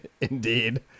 Indeed